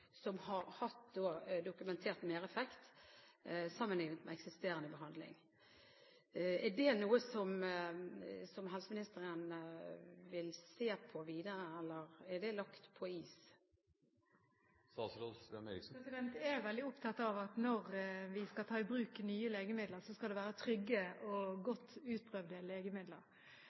som har hatt en dokumentert mereffekt sammenlignet med eksisterende behandling. Er dette noe som helseministeren vil se på videre, eller er det lagt på is? Jeg er veldig opptatt av at når vi skal ta i bruk nye legemidler, skal det være trygge og godt utprøvde legemidler.